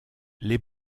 les